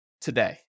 today